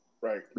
right